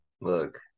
Look